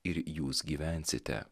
ir jūs gyvensite